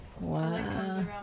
Wow